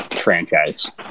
franchise